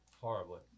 horribly